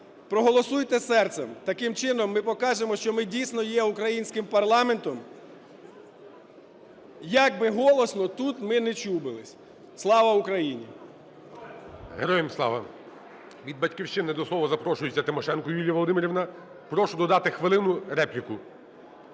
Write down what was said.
Проголосуйте серцем! Таким чином ми покажемо, що ми дійсно є українським парламентом, як би голосно тут ми не чубились. Слава Україні! ГОЛОВУЮЧИЙ. Героям слава. Від Батьківщини до слова запрошується Тимошенко Юлія Володимирівна. Прошу додати хвилину репліку.